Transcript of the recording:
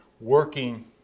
working